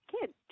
kids